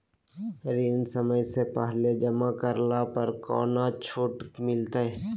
ऋण समय से पहले जमा करला पर कौनो छुट मिलतैय?